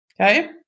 okay